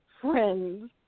friends